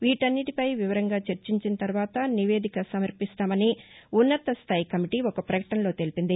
వీటన్నింటీపై వివరంగా చర్చించిన తర్వాత నివేదిక సమర్పిస్తామని ఉన్నతస్థాయి కమిటీ ఒక పకటనలో తెలిపింది